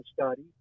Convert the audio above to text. study